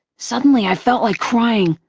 suddenly i felt like crying,